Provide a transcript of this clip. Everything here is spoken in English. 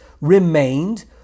remained